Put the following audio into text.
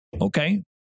okay